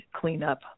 cleanup